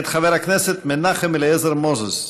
מאת חבר הכנסת מנחם אליעזר מוזס.